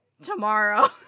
tomorrow